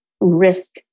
risk